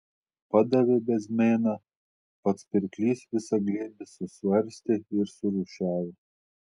padavė bezmėną pats pirklys visą glėbį susvarstė ir surūšiavo